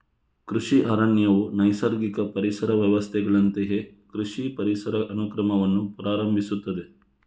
ಕೃಷಿ ಅರಣ್ಯವು ನೈಸರ್ಗಿಕ ಪರಿಸರ ವ್ಯವಸ್ಥೆಗಳಂತೆಯೇ ಕೃಷಿ ಪರಿಸರ ಅನುಕ್ರಮವನ್ನು ಪ್ರಾರಂಭಿಸುತ್ತದೆ